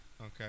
Okay